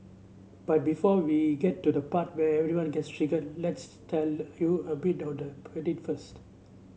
but before we get to the part where everyone gets triggered let's tell you a bit order first